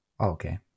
Okay